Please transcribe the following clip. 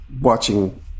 watching